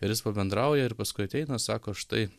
ir jis pabendrauja ir paskui ateina sako štai